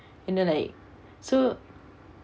and then like so